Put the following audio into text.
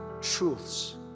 truths